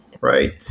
right